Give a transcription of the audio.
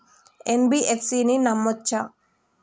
NBFC ని నమ్మచ్చా?